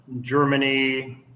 Germany